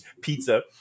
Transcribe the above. pizza